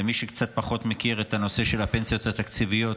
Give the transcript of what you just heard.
למי שקצת פחות מכיר את הנושא של הפנסיות התקציביות,